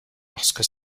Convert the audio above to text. lorsque